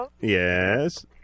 Yes